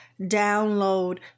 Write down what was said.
download